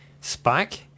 spike